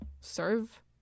serve